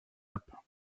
alpes